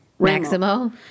Maximo